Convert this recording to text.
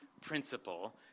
principle